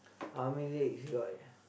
how many legs got